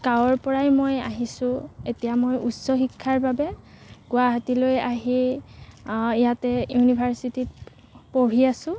গাঁৱৰপৰাই মই আহিছোঁ এতিয়া মই উচ্চ শিক্ষাৰ বাবে গুৱাহাটীলৈ আহি ইয়াতে ইউনিৰ্ভাছিটিত পঢ়ি আছোঁ